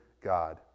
God